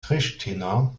pristina